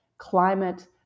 climate